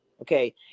okay